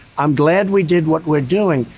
i'm glad we did what we're doing,